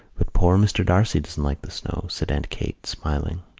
but poor mr. d'arcy doesn't like the snow, said aunt kate, smiling.